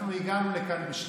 אנחנו הגענו לכאן בשליחות,